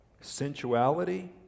sensuality